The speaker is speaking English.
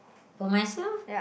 for myself